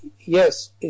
yes